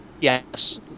Yes